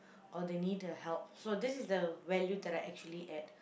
or they need the help so this is the value that I actually add